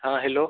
हाँ हेलो